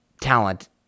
talent